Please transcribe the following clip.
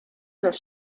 los